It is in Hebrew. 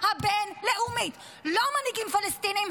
הבין-לאומית ------- לא מנהיגים פלסטינים,